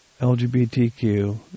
LGBTQ